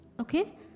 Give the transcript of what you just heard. okay